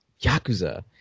Yakuza